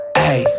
hey